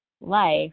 life